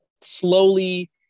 slowly